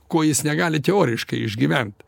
ko jis negali teoriškai išgyvent